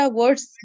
words